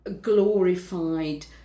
glorified